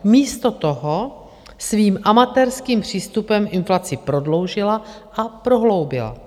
Místo toho svým amatérským přístupem inflaci prodloužila a prohloubila.